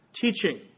teaching